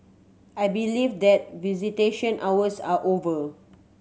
I believe that visitation hours are over